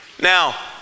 Now